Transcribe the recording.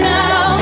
now